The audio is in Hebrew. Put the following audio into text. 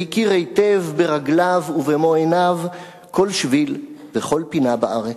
והכיר היטב ברגליו ובמו עיניו כל שביל וכל פינה בארץ.